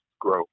grow